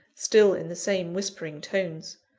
still in the same whispering tones.